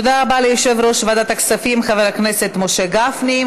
תודה רבה ליושב-ראש ועדת הכספים חבר הכנסת משה גפני.